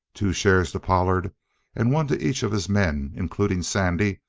two shares to pollard and one to each of his men, including sandy,